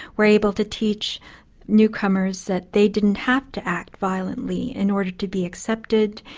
were able to teach newcomers that they didn't have to act violently in order to be accepted,